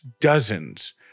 dozens